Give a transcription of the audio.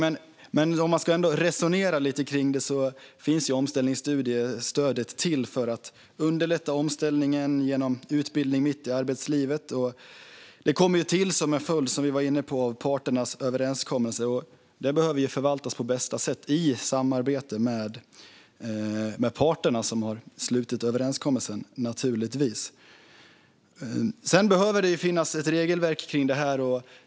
Men om man ändå ska resonera lite kring detta finns omställningsstudiestödet till för att underlätta omställning genom utbildning mitt i arbetslivet. Det kom, som vi var inne på, till som en följd av parternas överenskommelse, och det behöver förvaltas på bästa sätt, i samarbete med de parter som slutit överenskommelsen, naturligtvis. Sedan behöver det finnas ett regelverk kring detta.